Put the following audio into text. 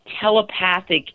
telepathic